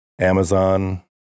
amazon